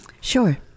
Sure